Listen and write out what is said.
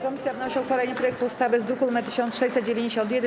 Komisja wnosi o uchwalenie projektu ustawy z druku nr 1691.